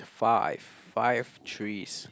five five threes